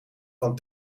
van